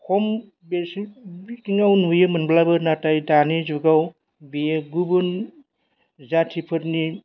खम बिथिंआव नुयोमोनब्लाबो नाथाय दानि जुगाव बियो गुबुन जाथिफोरनि